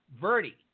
Verdi